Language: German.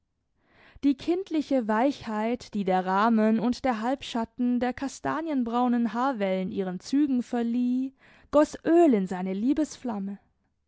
die kindliche weichheit die der rahmen und der halbschatten der kastanienbraunen haarwellen ihren zügen verlieh goß öl in seine